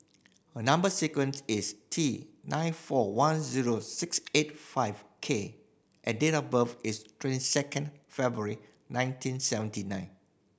a number sequence is T nine four one zero six eight five K and date of birth is twenty second February nineteen seventy nine